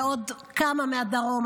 ועוד כמה מהדרום,